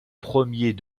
premiers